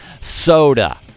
soda